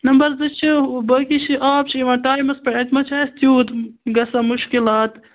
number زٕ چھ باقٕے چھ آب چھ یوان ٹایمَس پیٚٹھ اَتہِ مہ چھ اَسہِ تیوٗت گَژھان مُشکِلات